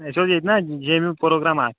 اَسہِ اوس ییٚتہِ نا جے یوٗ پروگرام اَکھ